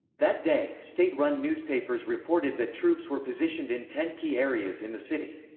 that day, state-run newspapers reported that troops were positioned in ten key areas in the city.